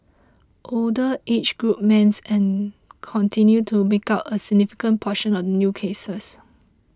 older age groups men and continued to make up a significant proportion of new cases